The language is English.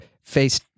face